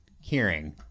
hearing